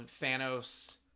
Thanos